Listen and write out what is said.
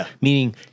meaning